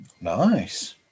Nice